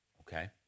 okay